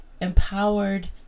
empowered